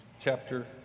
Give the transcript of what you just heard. chapter